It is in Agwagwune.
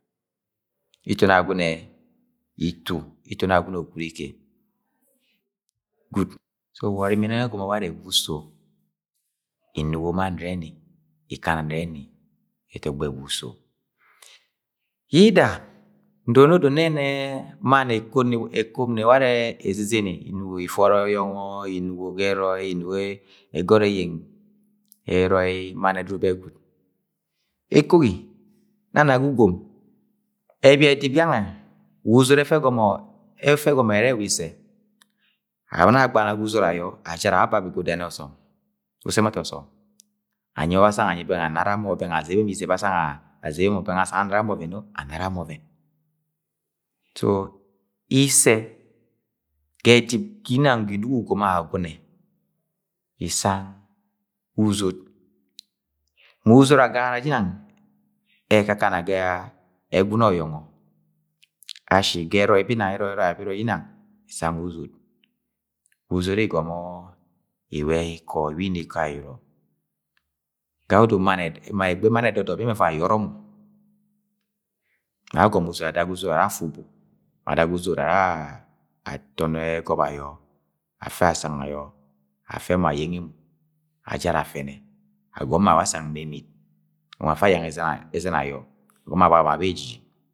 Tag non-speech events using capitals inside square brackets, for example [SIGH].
. itoni Agawgune itu, itoni Agwagune okurike, gwud, so wa orimini ẹnọng ẹgọmọ ware ẹwa uso inugo ma nẹrẹni ikana nẹrẹni ẹtọgbọ ẹwa uso yida ndoro ni ọdo nne nẹ mann ekop [UNINTELLIGIBLE] ni ware ezezene inugo ifori ọyọngo, inugo ga ẹrọi, inugo ẹgọt eyeng, ẹrọi mann ẹdudu br gurad. Ekogi nang na ga ugom ẹb ẹdip gange wa uzod ẹfẹ ẹgọmo̱ ẹrẹ ẹwa isse abani ye agband ga uzod ayọ ajat awa abani ga udẹni ọsọm, ga usoẹmmetu ọsọm anyi be asang anyi bẹng anaramọ bẹng asang anara mọ ọvẹn. anara mọ oven. So issẹ ge edip ginang ga inuk ugom Agwagume isang uzod mu uzod agagara jinang ẹrẹ ẹkakana ga ẹgwuni ọyọngọ ashi ga ẹrọi bẹ inang, ẹrọi-ẹrọi aboro bẹ inang isang uzod, wa uzod igọmọ iwaikọ, iwi ina ayọrọ, gayẹ odo [UNINTELLIGIBLE] ẹgbẹ mann ẹdọdọp yẹ ẹmẹ evoi ayọrọ mo, ma agọmọ uzod ada ga uzod ara afe ubu, ma ada ga uzod ara atọn ẹgọp ayọ, afẹ asanga ayọ, afẹ mọ ayenye mọ, ajat afẹnẹ agọm mọ awa asang ma imit agọmọ afa ayang ẹzẹn [HESITATION] ayọ agọm mọ abaga ma beji.